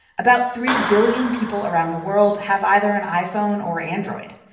about three billion people around the world have either an iphone or android.